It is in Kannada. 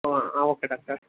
ಹಾಂ ಓಕೆ ಡಾಕ್ಟರ್